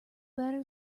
better